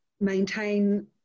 maintain